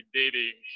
dating